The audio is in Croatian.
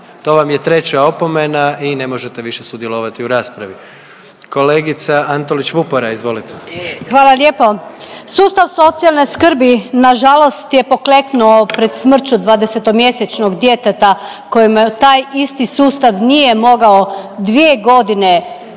to vam je treća opomena i ne možete više sudjelovati u raspravi. Kolegica Antolić Vupora, izvolite. **Antolić Vupora, Barbara (SDP)** Hvala lijepo. Sustav socijalne skrbi nažalost je pokleknuo pred smrću 20-mjesečnog djeteta kojemu taj isti sustav nije mogao 2.g. naći